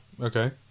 okay